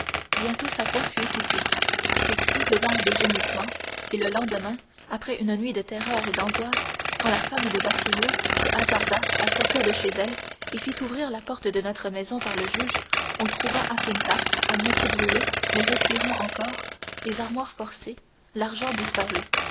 bientôt sa voix fut étouffée les cris devinrent des gémissements et le lendemain après une nuit de terreur et d'angoisses quand la femme de wasilio se hasarda de sortir de chez elle et fit ouvrir la porte de notre maison par le juge on trouva assunta à moitié brûlée mais respirant encore les armoires forcées l'argent disparu